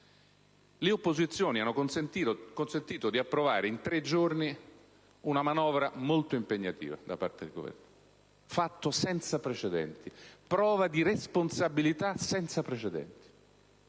Le opposizioni hanno consentito innanzitutto di approvare in tre giorni una manovra molto impegnativa da parte del Governo, fatto e prova di responsabilità senza precedenti.